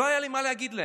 לא היה לי מה להגיד להם.